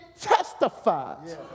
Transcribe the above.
testifies